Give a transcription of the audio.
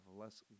Less